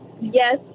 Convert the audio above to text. Yes